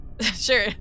Sure